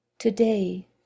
Today